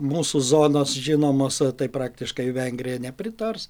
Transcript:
mūsų zonos žinomos tai praktiškai vengrija nepritars